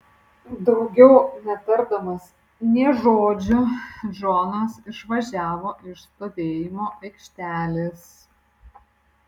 daugiau netardamas nė žodžio džonas išvažiavo iš stovėjimo aikštelės